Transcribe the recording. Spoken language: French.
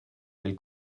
elle